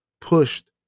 pushed